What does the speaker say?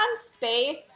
Space